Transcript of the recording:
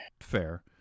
Fair